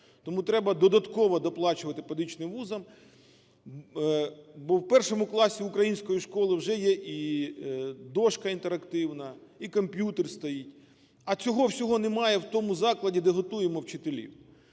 Тому треба додатково доплачувати педагогічним вузам, бо в першому класі української школи вже є і дошка інтерактивна, і комп'ютер стоїть, а цього всього немає в тому закладі, де готуємо вчителів.